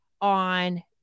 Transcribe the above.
on